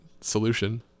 solution